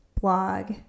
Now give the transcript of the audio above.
blog